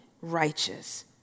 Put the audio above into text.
righteous